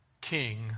King